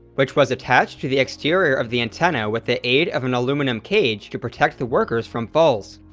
which was attached to the exterior of the antenna with the aid of an aluminum cage to protect the workers from falls.